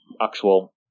actual